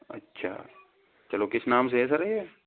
अच्छा चलो किस नाम से है सर ये